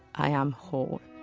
i am whole